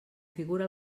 figure